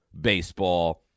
baseball